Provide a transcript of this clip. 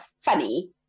funny